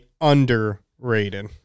underrated